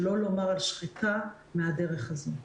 שלא לומר על שחיקה מהדרך הזו.